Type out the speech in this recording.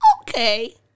Okay